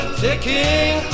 ticking